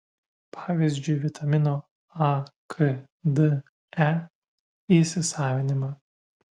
pavyzdžiui vitaminų a k d e įsisavinimą